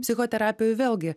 psichoterapijoj vėlgi